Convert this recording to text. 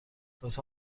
لطفا